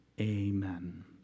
Amen